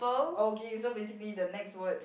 okay so basically the next word